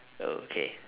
okay